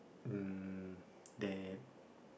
um that